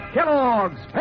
Kellogg's